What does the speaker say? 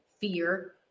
fear